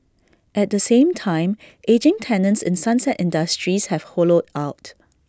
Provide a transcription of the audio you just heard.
at the same time ageing tenants in sunset industries have hollowed out